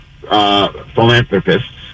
philanthropists